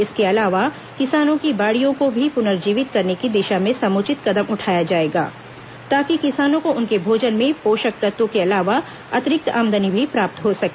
इसके अलावा किसानों की बाड़ियों को भी पुनर्जीवित करने की दिशा में समुचित कदम उठाया जाएगा ताकि किसानों को उनके भोजन में पोषक तत्वों के अलावा अतिरिक्त आमदनी भी प्राप्त हो सके